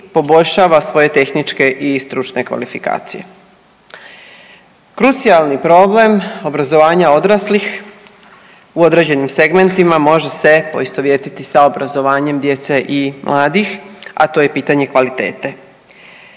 poboljšava svoje tehničke i stručne kvalifikacije. Krucijalni problem obrazovanja odraslih u određenim segmentima može se poistovjetiti sa obrazovanjem djece i mladih, a to je pitanje, a to